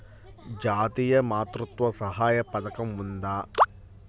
జాతీయ మాతృత్వ సహాయ పథకం ఉందా?